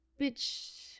bitch